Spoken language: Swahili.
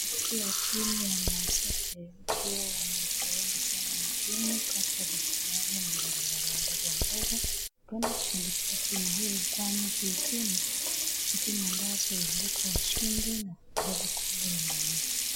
Watu wa timu ya mancity ndio wako wengi sana nchini kati ya vijana wenye mbarambara ndogo huenda kushabikia timu hii kwani hii timu ni timu ambazo huibuka washindi na kubeba kombe.